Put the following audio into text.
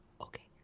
Okay